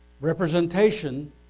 representation